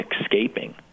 escaping